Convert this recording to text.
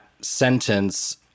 sentence